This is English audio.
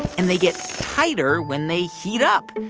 and they get tighter when they heat up.